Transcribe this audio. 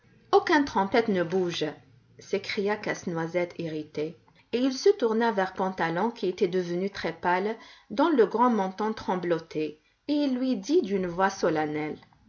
aucun trompette ne bouge s'écria casse-noisette irrité et il se tourna vers pantalon qui était devenu très-pâle dont le grand menton tremblotait et il lui dit d'une voix solennelle